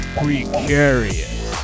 precarious